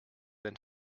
than